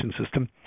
system